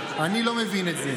אני לא מבין את זה.